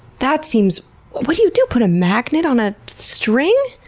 that seems what do you do? put a magnet on a string?